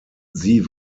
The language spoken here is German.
sie